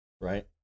right